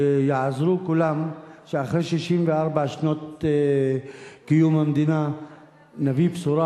שיעזרו כולם שאחרי 64 שנות קיום המדינה נביא בשורה,